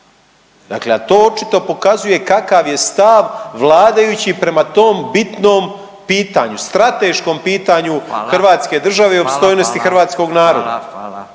Dakle a to očito pokazuje kakav je stav vladajućih prema tom bitnom pitanju, strateškom pitanju …/Upadica: Hvala./… hrvatske države i opstojnosti hrvatskog naroda. **Radin,